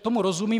Tomu rozumím.